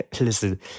Listen